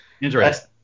interesting